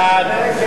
מי נגד?